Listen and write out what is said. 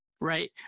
Right